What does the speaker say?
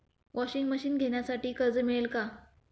Washing machine घेण्यासाठी कर्ज मिळेल का?